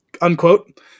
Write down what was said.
unquote